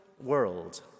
world